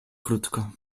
krótko